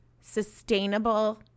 sustainable